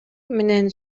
менен